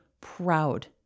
proud